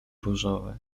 różowe